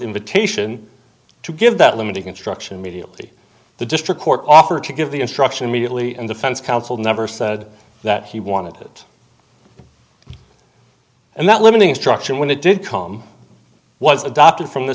invitation to give that limiting instruction mediately the district court offer to give the instruction immediately and defense counsel never said that he wanted it and that limiting instruction when it did come was adopted from th